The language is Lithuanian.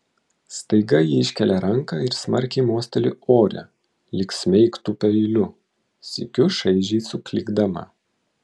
staiga ji iškelia ranką ir smarkiai mosteli ore lyg smeigtų peiliu sykiu šaižiai suklykdama